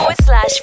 slash